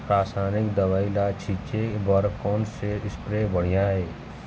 रासायनिक दवई ला छिचे बर कोन से स्प्रे बढ़िया हे?